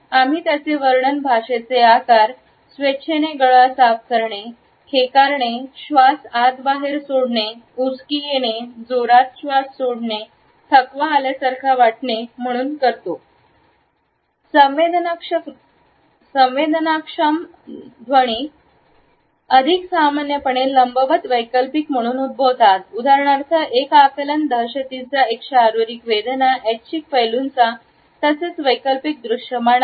आम्ही त्यांचे वर्णन भाषेचे आकार स्वेच्छेने गळा साफ करणे खेकारणे श्वास आत बाहेर सोडणे उचकी येणे जोरात श्वास सोडणे थकवा आल्यासारखा वाटले म्हणून करू शकतो संवेदनाक्षम ध्वनी अधिक सामान्यपणे लंबवत वैकल्पिक म्हणून उद्भवतात उदाहरणार्थ एक आकलन दहशतीचा एक शारीरिक वेदना ऐच्छिक पैलूंचा fff तसेच वैकल्पिक दृश्यमान आहेत